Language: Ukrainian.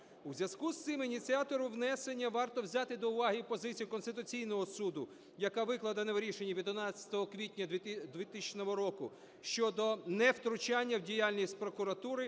У зв'язку з цим ініціатору внесення варто взяти до уваги позицію Конституційного Суду, яка викладена в рішенні від 11 квітня 2000 року, щодо невтручання в діяльність прокуратури,